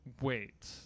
Wait